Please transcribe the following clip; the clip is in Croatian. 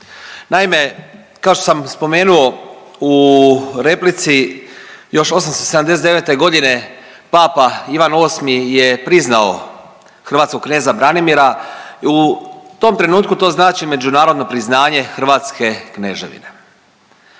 Naime, kao što sam spomenuo u replici još 879. godine Papa Ivan VIII je priznao hrvatskog kneza Branimira i u tom trenutku to znači međunarodno priznanje Hrvatske Kneževine.